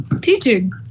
Teaching